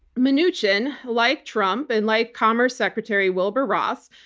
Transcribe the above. um mnuchin, like trump and like commerce secretary wilbur ross,